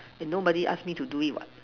and nobody ask me to do it what